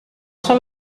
son